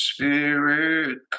Spirit